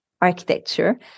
architecture